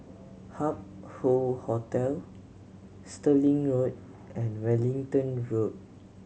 Hup Hoe Hotel Stirling Road and Wellington Road